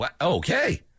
Okay